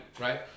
right